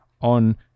on